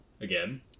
Again